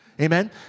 Amen